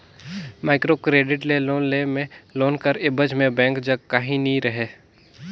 micro credit ले loan लेय में लोन कर एबज में बेंक जग काहीं नी रहें